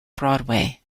broadway